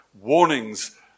warnings